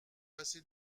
passé